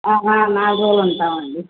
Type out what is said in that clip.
నాలుగు రోజులు ఉంటామండి